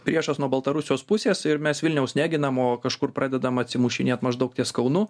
priešas nuo baltarusijos pusės ir mes vilniaus neginam o kažkur pradedam atsimušinėt maždaug ties kaunu